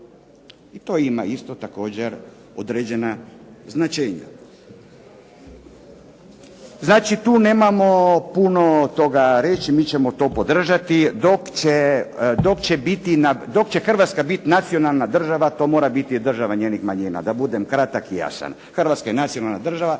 To ima također isto određena značenja. Znači, tu nemamo puno toga reći mi ćemo to podržati, dok će Hrvatska biti nacionalna država to mora biti država njenih manjina, da budem kratak i jasan Hrvatska je nacionalna država